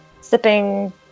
sipping